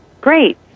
Great